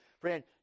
friend